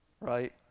right